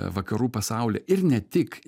vakarų pasaulyje ir ne tik